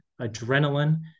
adrenaline